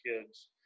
kids